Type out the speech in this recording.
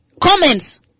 Comments